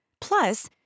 Plus